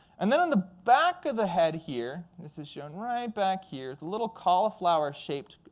and then on the back of the head here, this is shown right back here, is a little cauliflower-shaped